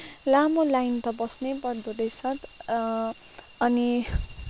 लामो लाइन बस्नै पर्दो रहेछ अनि